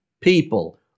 people